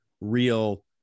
real